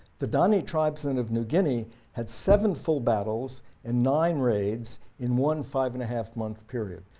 the dani tribes and of new guinea had seven full battles and nine raids in one five and a half month period.